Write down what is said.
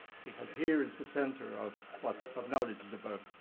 because here is the center of what knowledge is about.